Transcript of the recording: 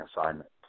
assignment